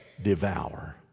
Devour